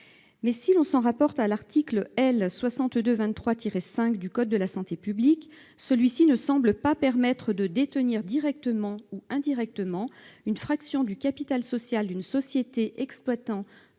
aux termes de l'article L. 6223-5 du code de la santé publique, celui-ci ne semble pas pouvoir détenir directement ou indirectement une fraction du capital social d'une société exploitant un